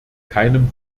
keinem